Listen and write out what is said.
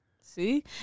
see